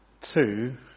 two